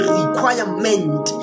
requirement